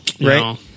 Right